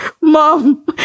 Mom